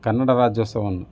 ಕನ್ನಡ ರಾಜ್ಯೋತ್ಸವವನ್ನು